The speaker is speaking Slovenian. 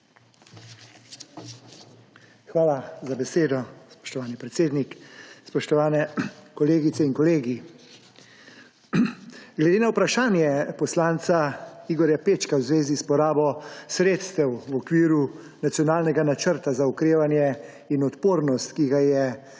Hvala za besedo, spoštovani predsednik. Spoštovane kolegice in kolegi! Glede na vprašanje poslanca Igorja Pečka v zvezi s porabo sredstev v okviru nacionalnega Načrta za okrevanje in odpornost, ki ga je poslanec postavil